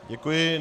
Děkuji.